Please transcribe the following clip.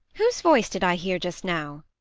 whose voice did i hear just now?